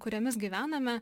kuriomis gyvename